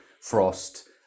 Frost